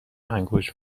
انگشت